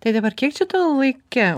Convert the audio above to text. tai dabar kiek čia to laike